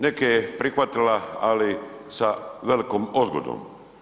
Neke je prihvatila, ali sa velikom odgodom.